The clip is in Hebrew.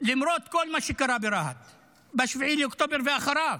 למרות כל מה שקרה ברהט ב-7 באוקטובר ואחריו.